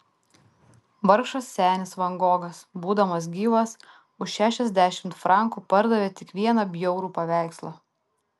vargšas senis van gogas būdamas gyvas už šešiasdešimt frankų pardavė tik vieną bjaurų paveikslą